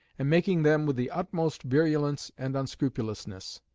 and making them with the utmost virulence and unscrupulousness.